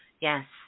Yes